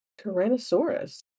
tyrannosaurus